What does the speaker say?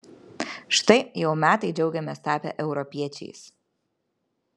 štai jau metai džiaugiamės tapę europiečiais